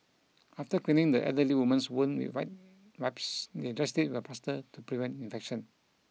after cleaning the elderly woman's wound with wet wipes they dressed it with a plaster to prevent infection